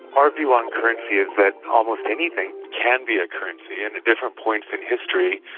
our view on currency is that almost anything can be a currency and at different points in history,